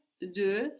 de